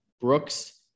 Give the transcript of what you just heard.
Brooks –